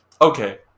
Okay